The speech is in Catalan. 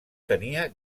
tenia